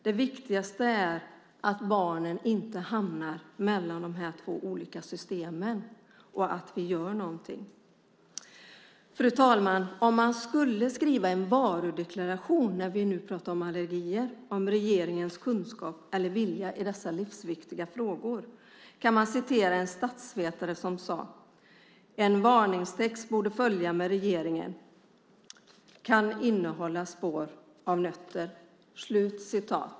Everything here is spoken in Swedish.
Det viktigaste är att barnen inte hamnar mellan dessa två olika system och att vi gör någonting. Fru talman! Om man skulle skriva en varudeklaration - när vi nu talar om allergier - om regeringens kunskap eller vilja i dessa livsviktiga frågor kan jag referera vad en statsvetare har sagt, nämligen: En varningstext borde följa med regeringen: Kan innehålla spår av nötter.